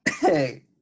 Hey